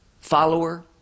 follower